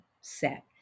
set